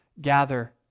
gather